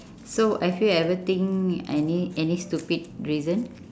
so have you ever think any any stupid reason